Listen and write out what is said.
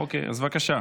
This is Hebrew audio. אוקיי, אז בבקשה,